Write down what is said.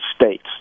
States